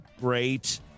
great